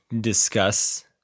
discuss